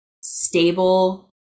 stable